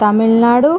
Tamil Nadu